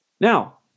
Now